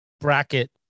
bracket